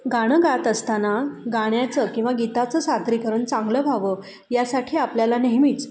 गाणं गात असताना गाण्याचं किंवा गीताचं सादरीकरण चांगलं व्हावं यासाठी आपल्याला नेहमीच